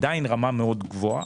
עדיין ברמה מאוד גבוהה,